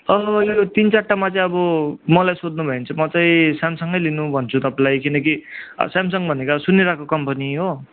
यो तिन चारवटामा चाहिँ अब मलाई सोध्नु भयो भने चाहिँ म चाहिँ सेमसङ लिनु भन्छु तपाईँलाई किन कि अब सेमसङ भनेको अब सुनिरहेको कम्पनी हो